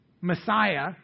Messiah